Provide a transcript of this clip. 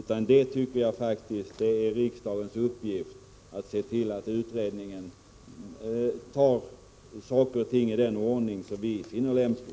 Jag tycker faktiskt att det är riksdagens uppgift att se till att utredningen tar saker och ting i den ordning som vi finner lämplig.